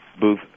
Booth